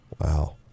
Wow